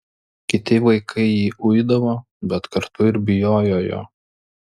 kiti vaikai jį uidavo bet kartu ir bijojo jo